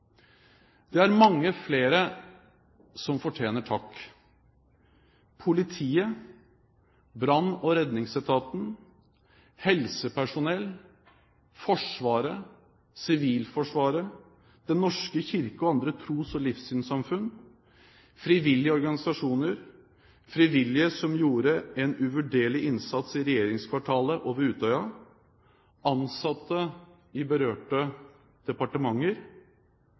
Det er mange flere som fortjener takk: Politiet, Brann- og redningsetaten, helsepersonell, Forsvaret, Sivilforsvaret, Den norske kirke og andre tros- og livssynssamfunn, frivillige organisasjoner, frivillige som gjorde en uvurderlig innsats i regjeringskvartalet og ved Utøya, ansatte i berørte departementer,